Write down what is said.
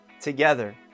together